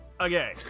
Okay